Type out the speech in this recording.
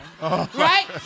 Right